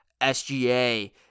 SGA